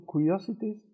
curiosities